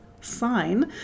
sign